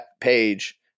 page